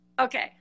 Okay